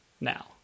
now